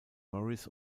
morris